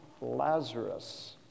Lazarus